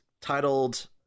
titled